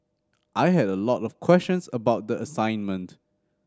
I had a lot of questions about the assignment